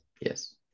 Yes